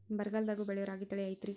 ಬರಗಾಲದಾಗೂ ಬೆಳಿಯೋ ರಾಗಿ ತಳಿ ಐತ್ರಿ?